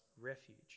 refuge